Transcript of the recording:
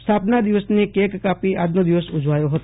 સ્થાપના દિનબી કેક કાપી આજનો દિવસ ઉજવાયો હતો